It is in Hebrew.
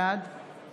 בעד